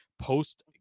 post